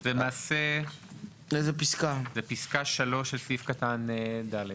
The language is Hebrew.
זאת פסקה (3) בסעיף קטן (ד).